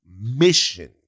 mission